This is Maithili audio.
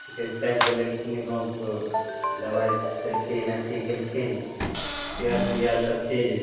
चिकित्सक बोलेलखिन गामके दवाइ देलखिन अथी कएलखिन सुइआ तुइआ सबचीज